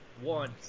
one